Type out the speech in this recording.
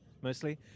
mostly